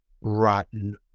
rotten